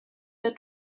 der